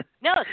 No